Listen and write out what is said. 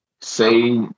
say